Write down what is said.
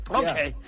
okay